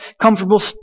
comfortable